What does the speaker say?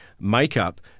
makeup